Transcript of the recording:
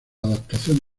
adaptación